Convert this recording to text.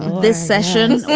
this session.